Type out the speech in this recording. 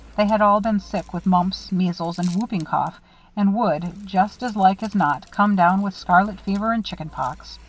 they had all been sick with mumps, measles, and whooping cough and would, just as like as not, come down with scarlet fever and chicken pox.